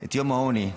את יום העוני.